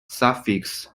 suffix